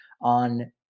on